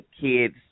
kids